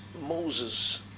Moses